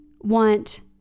want